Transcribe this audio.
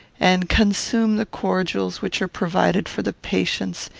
and consume the cordials which are provided for the patients,